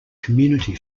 community